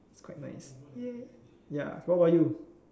is quite nice ya ya so what about you